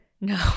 No